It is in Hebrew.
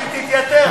תתייתר.